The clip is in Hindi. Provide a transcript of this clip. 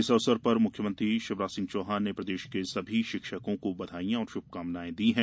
इस अवसर पर मुख्यमंत्री शिवराज सिंह चौहान ने प्रदेश के सभी शिक्षकों को बधाईयां और शुभकामनाएं दी है